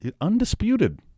undisputed